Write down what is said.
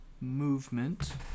movement